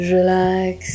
Relax